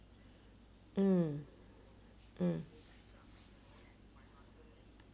mm mm